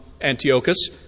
Antiochus